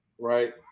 right